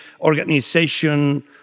organization